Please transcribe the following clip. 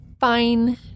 fine